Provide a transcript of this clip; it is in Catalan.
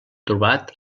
trobat